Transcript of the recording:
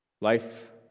Life